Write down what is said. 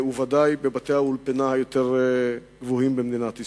ובוודאי בבתי האולפנא היותר גבוהים במדינת ישראל.